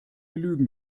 lügen